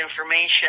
information